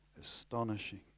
Astonishing